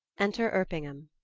enter erpingham.